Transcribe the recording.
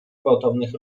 gwałtownych